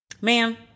Ma'am